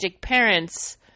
parents